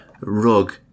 rug